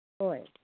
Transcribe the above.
ꯍꯣꯏ